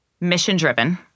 mission-driven